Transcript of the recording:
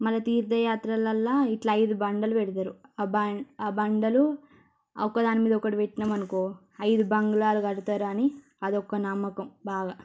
మళ్ళా తీర్థయాత్రలలా ఇట్లా ఐదు బండలు పెడతారు ఆ బండలు ఒకదాని మీద ఒకటి పెట్టినాము అనుకో ఐదు బంగ్లాలు కడతారని అదొక నమ్మకం బాగా